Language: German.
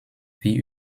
wie